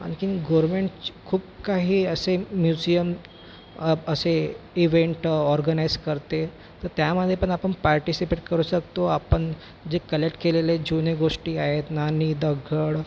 आणखी गोरमेंट खूप काही असे म्युझियम असे इवेंट ऑर्गनाईस करते तर त्यामध्ये पण आपण पार्टिसिपेट करू शकतो आपण जे कलेक्ट केलेले जुने गोष्टी आहेत नाणी दगड